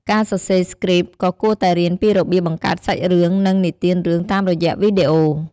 ការសរសេរស្គ្រីប ក៏គួរតែរៀនពីរបៀបបង្កើតសាច់រឿង និងនិទានរឿងតាមរយៈវីដេអូ។